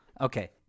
Okay